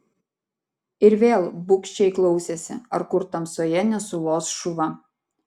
ir vėl bugščiai klausėsi ar kur tamsoje nesulos šuva